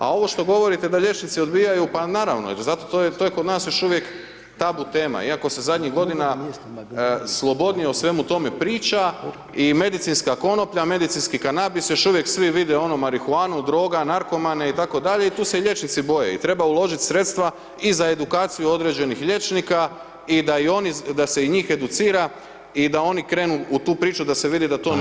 A ovo što govorite da liječnici odbijaju, pa naravno jer zato to je kod nas još uvijek tabu tema iako se zadnjih godina slobodnije o svemu tome priča i medicinska konoplja, medicinski kanabis još uvijek svi vide marihuanu, droga, narkomane itd., i tu se liječnici boje i treba uložiti sredstva i za edukaciju određenih liječnika i da i oni, da se i njih reducira i da oni krenu u tu priču da se vidi da to nije bauk.